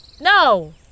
no